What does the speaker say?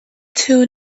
two